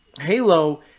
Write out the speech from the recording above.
halo